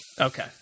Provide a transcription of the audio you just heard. Okay